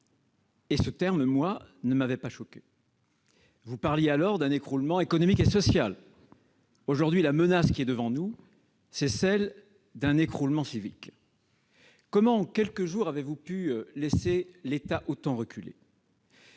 ce terme ne m'avait pas choqué. Vous parliez alors d'un écroulement économique et social ; aujourd'hui, la menace qui est devant nous est celle d'un écroulement civique. Comment, en quelques jours, avez-vous pu laisser l'État autant reculer ?